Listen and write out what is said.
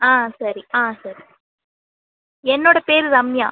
ஆ சரி ஆ சரி என்னோட பேர் ரம்யா